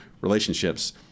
relationships